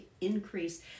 increase